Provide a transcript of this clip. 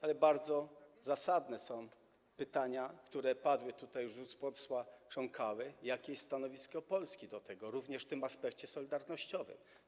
Ale bardzo zasadne są pytania, które padły tutaj z ust posła Krząkały, jakie jest stanowisko Polski odnośnie do tego, również w tym aspekcie solidarnościowym.